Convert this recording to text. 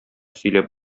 сөйләп